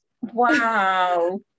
Wow